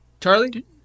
Charlie